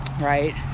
right